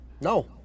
No